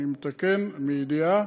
אני מתקן מידיעה,